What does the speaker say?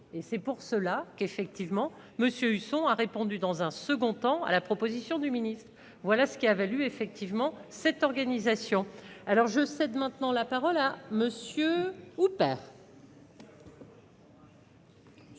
et c'est pour cela qu'effectivement Monsieur Husson a répondu dans un second temps, à la proposition du ministre, voilà ce qui a valu, effectivement, cette organisation alors je cède maintenant la parole à monsieur